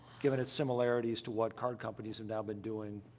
given its similarities to what card companies have now been doing,